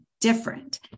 different